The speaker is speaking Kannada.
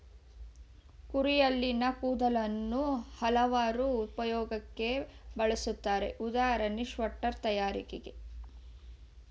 ಕುರಿಯಲ್ಲಿನ ಕೂದಲುಗಳನ್ನು ಹಲವಾರು ಉಪಯೋಗಕ್ಕೆ ಬಳುಸ್ತರೆ ಉದಾಹರಣೆ ಸ್ವೆಟರ್ ತಯಾರಿಕೆ